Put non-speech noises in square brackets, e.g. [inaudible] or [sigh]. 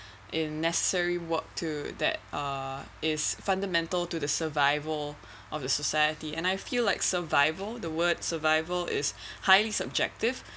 in necessary work to that uh is fundamental to the survival of the society and I feel like survival the word survival [breath] is highly subjective